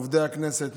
לעובדי הכנסת,